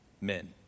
men